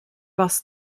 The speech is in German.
was